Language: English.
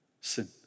Sin